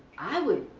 i would,